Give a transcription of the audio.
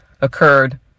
occurred